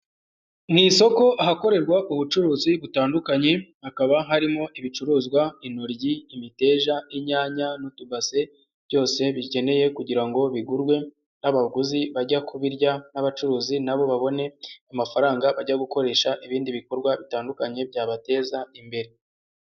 Mu isoko ahakorerwa ubucuruzi butandukanye hakaba harimo ibicuruzwa, intoryi, imiteja, inyanya n'utubase, byose bikeneye kugira ngo bigurwe n'abaguzi bajya kubirya n'abacuruzi na bo babone amafaranga bajya gukoresha ibindi bikorwa bitandukanye byabateza imbere.